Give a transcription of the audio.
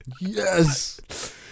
Yes